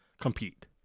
compete